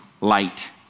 light